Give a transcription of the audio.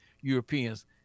Europeans